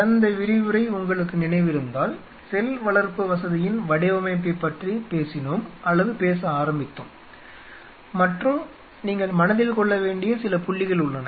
கடந்த விரிவுரை உங்களுக்கு நினைவிருந்தால் செல் வளர்ப்பு வசதியின் வடிவமைப்பைப் பற்றி பேசினோம் அல்லது பேச ஆரம்பித்தோம் மற்றும் நீங்கள் மனதில் கொள்ள வேண்டிய சில புள்ளிகள் உள்ளன